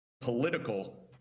political